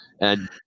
and-